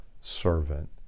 servant